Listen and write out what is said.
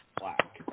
black